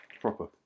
Proper